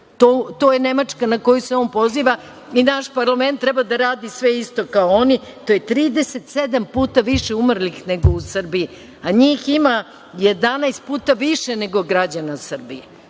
To je Nemačka na koju se on poziva i naš parlament treba da radi sve isto kao oni. To je 37 puta više umrlih nego u Srbiji, a njih ima 11 puta više nego građana Srbije.